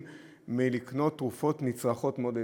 מלקנות תרופות נצרכות מאוד לילדיהם.